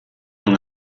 dans